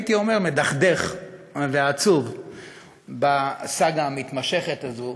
מדכדך ועצוב בסאגה המתמשכת הזאת